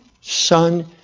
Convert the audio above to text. son